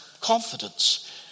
confidence